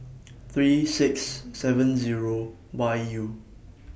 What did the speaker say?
three six seven Zero Y U